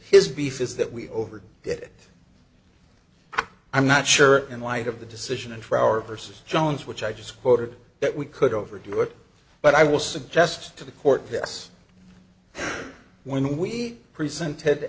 beef is that we overdo it i'm not sure in light of the decision and for our versus jones which i just quoted that we could overdo it but i will suggest to the court this when we presented